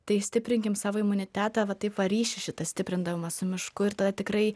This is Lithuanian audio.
tai stiprinkim savo imunitetą va taip va ryšį šitą stiprindama su mišku ir tada tikrai